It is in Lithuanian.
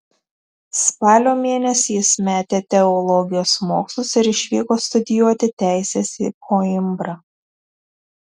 spalio mėnesį jis metė teologijos mokslus ir išvyko studijuoti teisės į koimbrą